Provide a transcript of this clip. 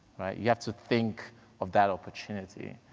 you have to think of that opportunity.